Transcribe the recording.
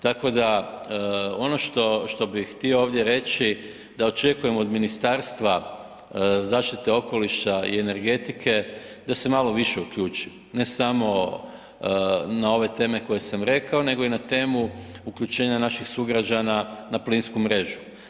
Tako da, ono što, što bih htio ovdje reći da očekujem od Ministarstva zaštite okoliša i energetike da se malo više uključi, ne samo na ove teme koje sam rekao nego i na temu uključenja naših sugrađana na plinsku mrežu.